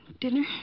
Dinner